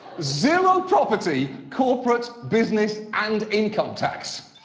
zero property, corporate, business, and income tax.